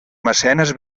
mecenes